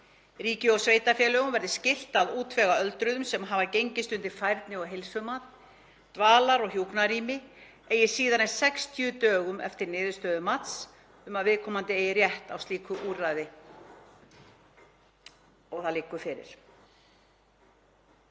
ríki og sveitarfélögum verði skylt að útvega öldruðum, sem hafa gengist undir færni- og heilsumat, dvalar- eða hjúkrunarrými eigi síðar en 60 dögum eftir að niðurstöður mats um að viðkomandi eigi rétt á slíku úrræði liggja fyrir.